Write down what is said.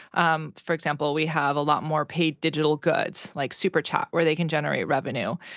um for example, we have a lot more paid digital goods like super chat where they can generate revenue.